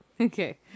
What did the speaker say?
okay